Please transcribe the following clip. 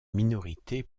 minorités